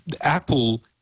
Apple